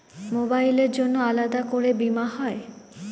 মোবাইলের জন্য আলাদা করে বীমা হয়?